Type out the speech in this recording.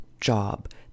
job